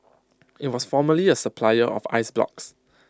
IT was formerly A supplier of ice blocks